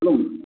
ம்